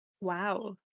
Wow